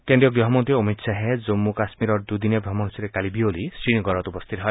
কেন্দ্ৰীয় গৃহমন্নী অমিত শ্বাহে জম্ম কাশ্মীৰৰ দুদিনীয়া ভ্ৰমণসচীৰে কালি বিয়লি শ্ৰীনগৰত উপস্থিত হয়